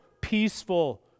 peaceful